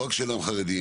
לא רק שאינם חרדים,